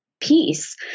peace